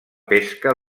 pesca